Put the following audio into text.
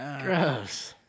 Gross